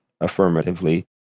affirmatively